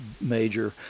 major